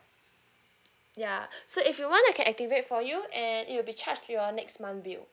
ya so if you want I can activate for you and it'll be charge to your next month bill